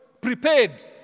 prepared